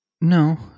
No